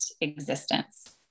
existence